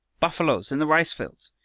buffaloes in the rice-fields!